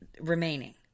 remaining